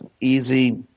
easy